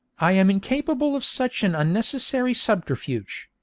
i am incapable of such an unnecessary subterfuge!